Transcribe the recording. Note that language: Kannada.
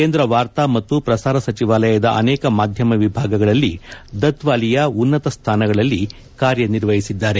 ಕೇಂದ್ರ ವಾರ್ತಾ ಮತ್ತು ಪ್ರಸಾರ ಸಚಿವಾಲಯದ ಅನೇಕ ಮಾಧ್ಯಮ ವಿಭಾಗಗಳಲ್ಲಿ ದತ್ವಾಲಿಯಾ ಉನ್ನತ ಸ್ಥಾನಗಳಲ್ಲಿ ಕಾರ್ಯನಿರ್ವಹಿಸಿದ್ದಾರೆ